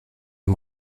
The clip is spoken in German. dem